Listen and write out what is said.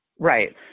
Right